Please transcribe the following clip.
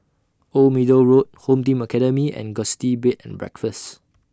Old Middle Road Home Team Academy and Gusti Bed and Breakfast